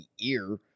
ear